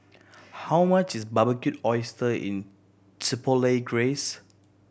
how much is Barbecued Oyster is Chipotle Glaze